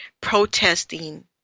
protesting